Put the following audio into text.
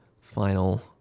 final